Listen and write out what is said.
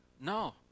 No